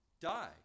die